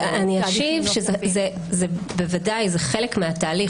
אז אני אשיב: בוודאי זה חלק מהתהליך,